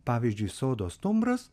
pavyzdžiui sodo stumbras